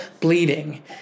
bleeding